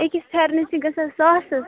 أکِس پھٮ۪رنس چھِ گَژھان ساسس